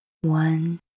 One